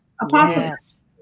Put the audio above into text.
Apostles